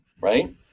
right